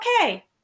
Okay